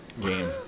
game